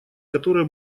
которые